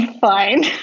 fine